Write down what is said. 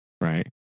right